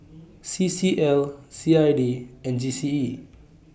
C C L C I D and G C E